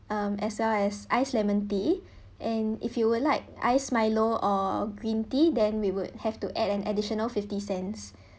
mm as well as ice lemon tea and if you would like ice milo or green tea then we would have to add an additional fifty cents